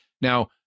Now